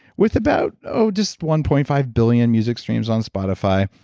with about, oh, just one point five billion music streams on spotify,